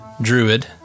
druid